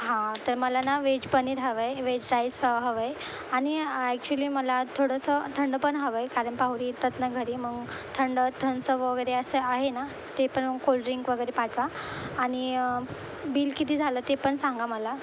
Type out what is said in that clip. हां तर मला ना व्हेज पनीर हवं आहे व्हेज राईस हव् हवं आहे आणि ॲक्च्युली मला थोडंसं थंड पण हवं आहे कारण पाहुरी येतात ना घरी मग थंड थन्सप वगैरे असं आहे ना ते पण कोल्ड्रिंक वगेरे पाठवा आणि बिल किती झालं ते पण सांगा मला